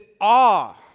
awe